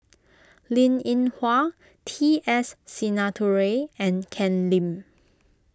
Linn in Hua T S Sinnathuray and Ken Lim